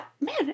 man